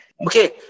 Okay